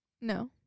No